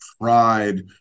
pride